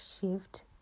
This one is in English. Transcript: shift